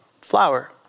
flower